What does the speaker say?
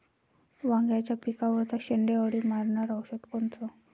वांग्याच्या पिकावरचं शेंडे अळी मारनारं औषध कोनचं?